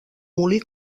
molí